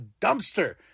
dumpster